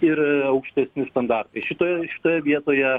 ir aukštesni standartai šitoje šitoje vietoje